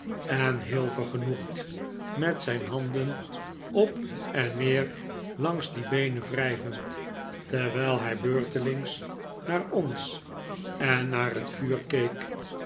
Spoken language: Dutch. en heel vergenoegd met zijn handen op en neer langs die beenen wrijvend terwijl hij beurtelings naar ons en naar het vuur keek